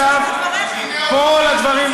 אנחנו מחזקים את דבריך.